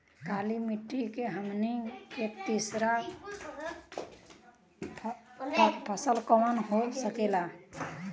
काली मिट्टी में हमनी के तीसरा फसल कवन हो सकेला?